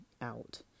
out